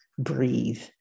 breathe